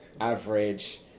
average